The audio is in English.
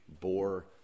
bore